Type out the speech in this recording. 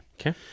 Okay